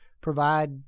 provide